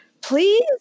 please